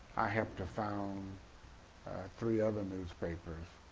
i helped to found three other newspapers,